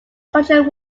culture